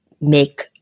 make